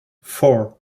four